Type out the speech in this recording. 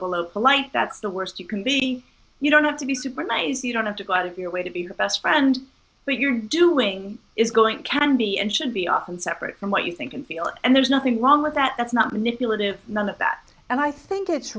below polite that's the worst you can be you don't have to be super nice you don't have to go out of your way to be her best friend but you're doing is going can be and should be often separate from what you think and feel and there's nothing wrong with that that's not manipulative none of that and i think it's